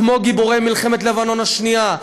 כמו גיבורי מלחמת לבנון השנייה.